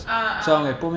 ah ah